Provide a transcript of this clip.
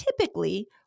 typically